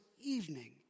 evening